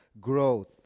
growth